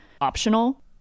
optional